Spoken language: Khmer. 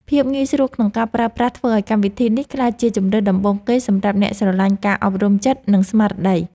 ភាពងាយស្រួលក្នុងការប្រើប្រាស់ធ្វើឱ្យកម្មវិធីមួយនេះក្លាយជាជម្រើសដំបូងគេសម្រាប់អ្នកស្រឡាញ់ការអប់រំចិត្ត និង ស្មារតី។